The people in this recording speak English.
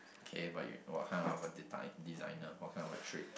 okay but you what kind of a deti~ designer what kind of a trait